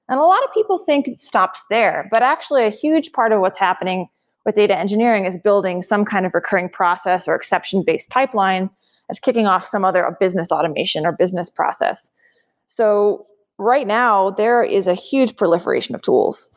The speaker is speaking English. and a lot of people think it stops there, but actually ah huge part of what's happening with data engineering is building some kind of recurring process, or exception-based pipeline that's kicking off some other of business automation, or business process so right now, there is a huge proliferation of tools.